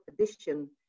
addition